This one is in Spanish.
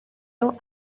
los